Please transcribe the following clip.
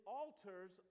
alters